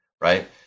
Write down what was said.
Right